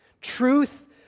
Truth